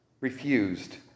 refused